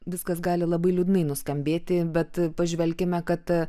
viskas gali labai liūdnai nuskambėti bet pažvelkime kad